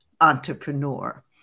entrepreneur